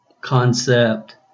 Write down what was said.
concept